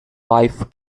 wife